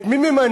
את מי ממנים?